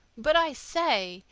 but, i say,